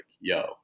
yo